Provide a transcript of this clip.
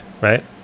right